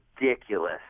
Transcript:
ridiculous